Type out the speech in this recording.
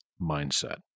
mindset